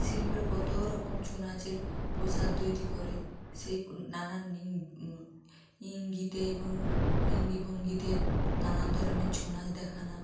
শিল্পের কতো রকম ছৌ নাচের পোশাক তৈরি করে সেই নানান ইঙ্গিতে এবং অঙ্গ ভঙ্গিতে নানান ধরনের ছৌ নাচ দেখানো